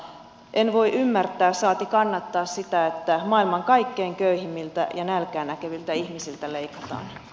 en voi ymmärtää saati kannattaa sitä että maailman kaikkein köyhimmiltä ja nälkää näkeviltä ihmisiltä leikataan